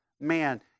man